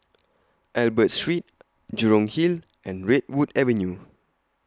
Albert Street Jurong Hill and Redwood Avenue